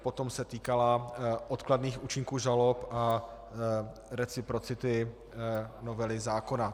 Potom se týkala odkladných účinků žalob a reciprocity novely zákona.